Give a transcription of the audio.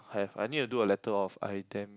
have I need to do a letter of idem~